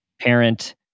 parent